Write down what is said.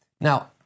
Now